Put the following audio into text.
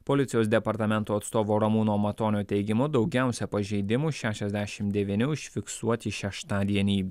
policijos departamento atstovo ramūno matonio teigimu daugiausiai pažeidimų šešiasdešim devyni užfiksuoti šeštadienį